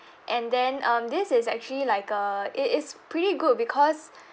and then um this is actually like uh it is pretty good because